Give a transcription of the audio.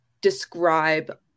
describe